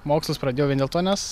mokslus pradėjau vien dėl to nes